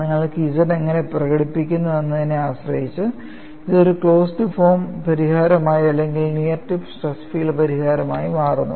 നിങ്ങൾ Z എങ്ങനെ പ്രകടിപ്പിക്കുന്നു എന്നതിനെ ആശ്രയിച്ച് ഇത് ഒരു ക്ലോസഡ് ഫോം പരിഹാരമായി അല്ലെങ്കിൽ നിയർ ടിപ്പ് സ്ട്രെസ് ഫീൽഡ് പരിഹാരമായി മാറുന്നു